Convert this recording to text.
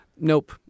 nope